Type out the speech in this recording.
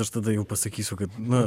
aš tada jau pasakysiu kad nu